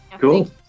Cool